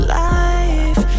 life